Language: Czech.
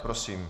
Prosím.